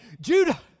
Judah